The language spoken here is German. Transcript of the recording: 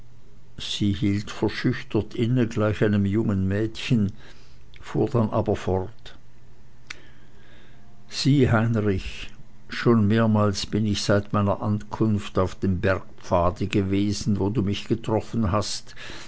sie hielt verschüchtert inne gleich einem jungen mädchen fuhr dann aber sieh heinrich schon mehrmals bin ich seit meiner ankunft auf dem bergpfade gewesen wo du mich getroffen hast